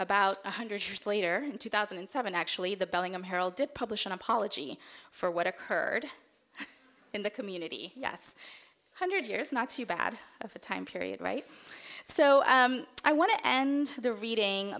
about one hundred years later in two thousand and seven actually the bellingham herald did publish an apology for what occurred in the community yes hundred years not too bad of a time period right so i want to end the reading